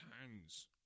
hands